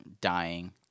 dying